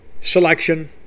selection